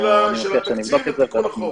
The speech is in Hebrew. אני מבטיח שאני אבדוק את זה ואנחנו